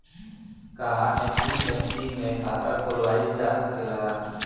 का एन.बी.एफ.सी में खाता खोलवाईल जा सकेला?